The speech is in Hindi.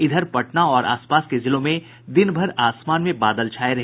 इधर पटना और आसपास के जिलों में दिन भर आसमान में बादल छाये रहे